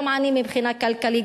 גם עני מבחינה כלכלית,